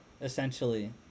essentially